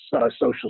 Social